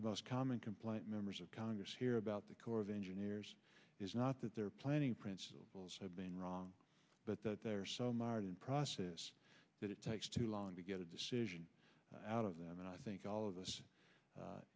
the most common complaint members of congress hear about the corps of engineers is not that they're planning principles have been wrong but that there are some are in process that it takes too long to get a decision out of them and i think all of us